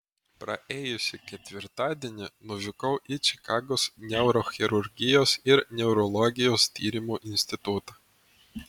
praėjusį ketvirtadienį nuvykau į čikagos neurochirurgijos ir neurologijos tyrimų institutą